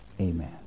Amen